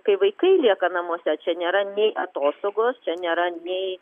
kai vaikai lieka namuose čia nėra nei atostogos čia nėra nei